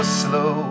slow